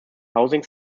housing